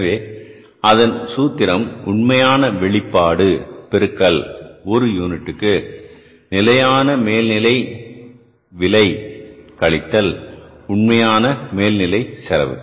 எனவே அதன் சூத்திரம் உண்மையான வெளிப்பாடு பெருக்கல் ஒரு யூனிட் நிலையான மேல்நிலை விலை கழித்தல் உண்மையான மேல் நிலை செலவு